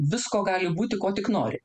visko gali būti ko tik nori